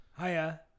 Hiya